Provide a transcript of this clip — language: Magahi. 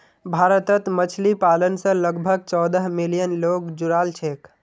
भारतत मछली पालन स लगभग चौदह मिलियन लोग जुड़ाल छेक